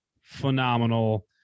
phenomenal